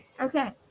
okay